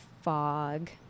fog